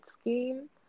scheme